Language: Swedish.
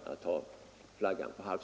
läst i protokollet.